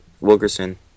Wilkerson